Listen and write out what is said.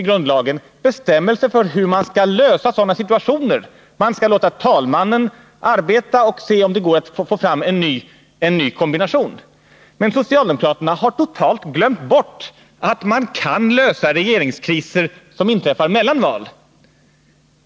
grundlagen bestämmelser för hur man skall gå till väga i sådana situationer. Man skall låta talmannen arbeta och se om det går att få fram en ny kombination. Men socialdemokraterna har totalt glömt bort att man kan lösa regeringskriser som inträffar mellan val.